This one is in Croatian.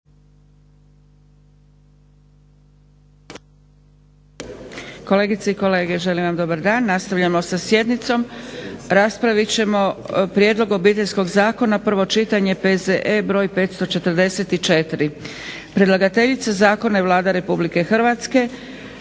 Kolegice i kolege, želim vam dobar dan! Nastavljamo sa sjednicom. Raspravit ćemo - Prijedlog Obiteljskog zakona, prvo čitanje, P.Z.E. br.510 Predlagateljica zakona je Vlada RH.